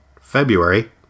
February